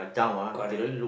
correct